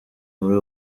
muri